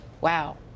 wow